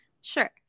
sure